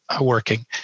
working